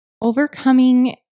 overcoming